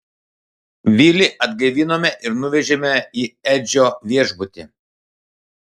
vilį atgaivinome ir nuvežėme į edžio viešbutį